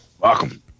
Welcome